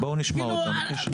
אז בואו ניתן למשטרה לדבר גם.